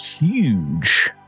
huge